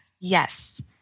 Yes